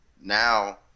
now